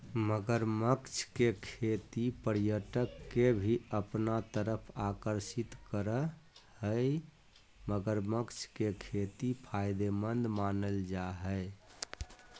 मगरमच्छ के खेती पर्यटक के भी अपना तरफ आकर्षित करअ हई मगरमच्छ के खेती फायदेमंद मानल जा हय